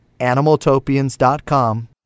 animaltopians.com